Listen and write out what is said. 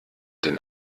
den